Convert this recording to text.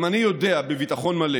גם אני יודע בביטחון מלא